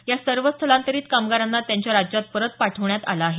या सर्व स्थलांतरित कामगारांना त्यांच्या राज्यात परत पाठवण्यात आलं आहे